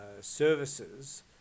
services